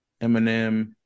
Eminem